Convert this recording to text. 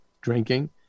drinking